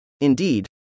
Indeed